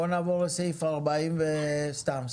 סתם.